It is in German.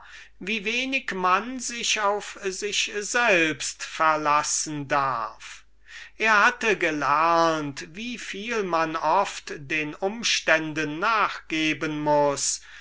wie wenig man sich auf sich selbst verlassen darf er hatte gelernt wieviel man den umständen nachgeben muß